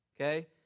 Okay